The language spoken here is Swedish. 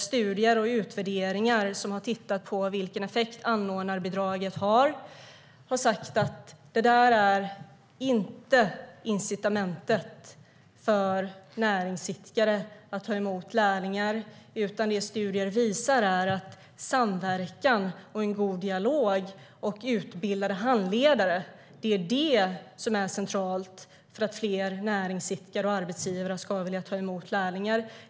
Studier och utvärderingar som har tittat på effekten av anordnarbidraget har visat att det inte är något incitament för näringsidkare att ta emot lärlingar. Det som studier visar är att det är samverkan, god dialog och utbildade handledare som är det centrala för att fler näringsidkare och arbetsgivare ska vilja ta emot lärlingar.